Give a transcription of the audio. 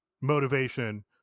motivation